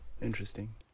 Interesting